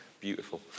beautiful